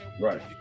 Right